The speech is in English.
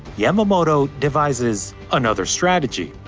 yamamoto devises another strategy.